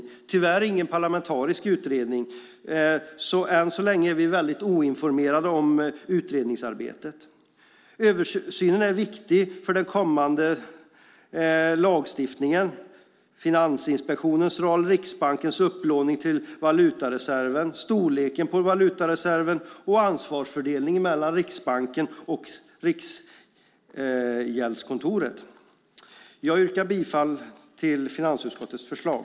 Det är tyvärr ingen parlamentarisk utredning, och än så länge är vi oinformerade om utredningsarbetet. Översynen är viktig för den kommande lagstiftningen, Finansinspektionens roll, Riksbankens upplåning till valutareserven, storleken på valutareserven och ansvarsfördelningen mellan Riksbanken och Riksgäldskontoret. Jag yrkar bifall till finansutskottets förslag.